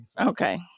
Okay